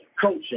culture